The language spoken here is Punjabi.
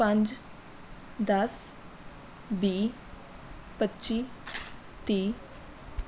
ਪੰਜ ਦਸ ਵੀਹ ਪੱਚੀ ਤੀਹ